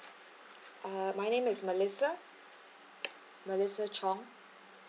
uh my name is melissa melissa chong